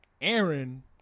Aaron